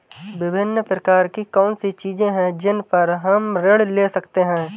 विभिन्न प्रकार की कौन सी चीजें हैं जिन पर हम ऋण ले सकते हैं?